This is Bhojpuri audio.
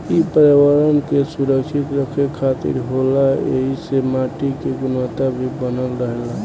इ पर्यावरण के सुरक्षित रखे खातिर होला ऐइसे माटी के गुणवता भी बनल रहेला